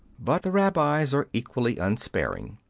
but the rabbis are equally unsparing.